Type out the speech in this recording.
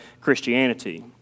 Christianity